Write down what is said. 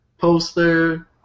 Poster